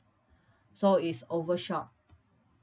so is over short